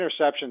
interceptions